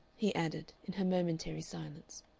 he added, in her momentary silence.